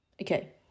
Okay